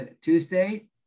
Tuesday